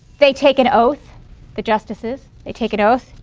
they take an oath the justices they take an oath.